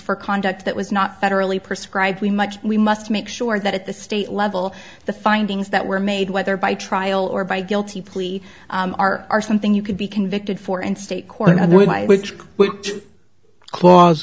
for conduct that was not federally prescribed we much we must make sure that at the state level the findings that were made whether by trial or by guilty plea are something you could be convicted for and state court another way which cla